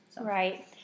Right